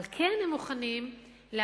אבל כן הם מוכנים להכיר